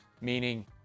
meaning